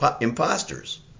imposters